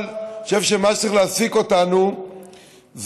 אבל אני חושב שמה שצריך להעסיק אותנו זאת